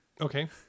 Okay